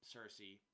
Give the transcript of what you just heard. Cersei